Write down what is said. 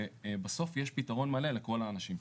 בסוף יש פתרון מלא לכל האנשים.